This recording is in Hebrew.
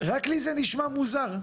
רק לי זה נשמע מוזר?